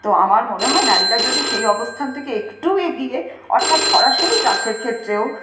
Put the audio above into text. তো আমার মনে হয় নারীরা যদি সেই অবস্থান থেকে একটু এগিয়ে অর্থাৎ সরাসরি চাষের ক্ষেত্রেও